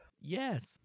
Yes